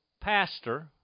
pastor